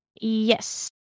Yes